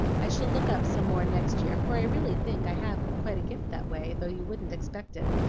i shall look up some more next year, for i really think i have quite a gift that way, though you wouldn't expect it,